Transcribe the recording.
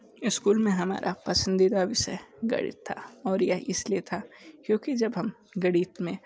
school में हमारा पसंदीदा विषय गणित था और यह इसलिए था क्योंकि जब हम गणित में